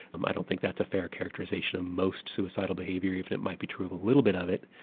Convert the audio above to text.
um i don't think that's a fair characterisation, most suicidal behaviour if and it might be true of a little bit of it.